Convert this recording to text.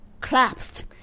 collapsed